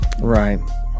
Right